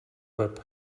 web